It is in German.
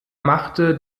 machte